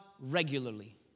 regularly